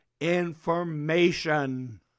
information